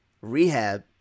Rehab